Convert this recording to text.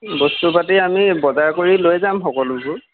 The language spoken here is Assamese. বস্তুপাতি আমি বজাৰ কৰি লৈ যাম সকলোবোৰ